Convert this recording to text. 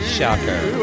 Shocker